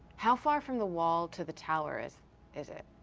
how far from the wall to the tower is is it?